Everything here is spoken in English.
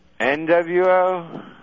NWO